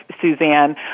Suzanne